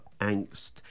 angst